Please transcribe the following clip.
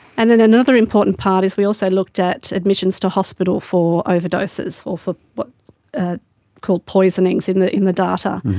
and then another important part is we also looked at admissions to hospital for overdoses or for what are called poisonings in the in the data,